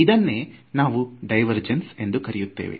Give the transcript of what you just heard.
ಇದನ್ನೇ ನಾವು ಡೈವೆರ್ಜನ್ಸ್ ಎಂದು ಕರೆಯುತ್ತೇವೆ